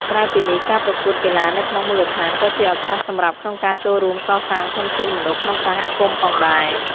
ក្រៅពីនេះ ការប្រកួតកីឡានៅក្នុងមូលដ្ឋានក៏ជាឱកាសសម្រាប់ក្នុងការចូលរួមកសាងធនធានមនុស្សក្នុងសហគមន៍ផងដែរ។